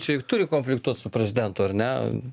čia juk turi konfliktuot su prezidentu ar ne